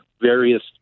various